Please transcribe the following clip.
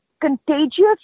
contagious